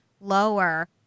lower